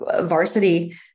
varsity